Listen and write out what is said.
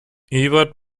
ebert